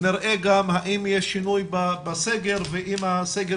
נראה גם האם יש שינוי בסגר ואם הסגר